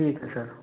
ठीक है सर